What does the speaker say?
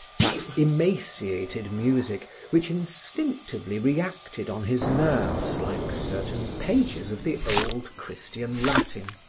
that emaciated music which instinctively reacted on his nerves like certain pages of the old christian latin.